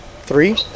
three